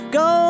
go